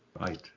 Right